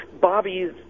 Bobby's